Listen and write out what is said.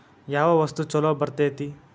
ಯಾವ ವಸ್ತು ಛಲೋ ಬರ್ತೇತಿ?